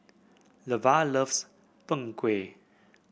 Levar loves Png Kueh